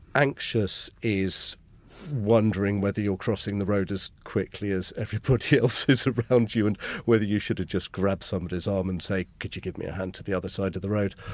anxious is wondering whether you're crossing the road as quickly as everybody else is around you and whether you should have just grabbed somebody's arm and say could you give me a hand to the other side of the road.